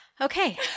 Okay